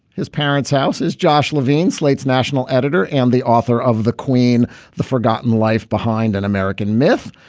his parents house is josh levine, slate's national editor and the author of the queen the forgotten life behind an american myth.